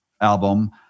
album